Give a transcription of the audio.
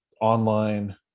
online